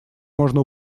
можно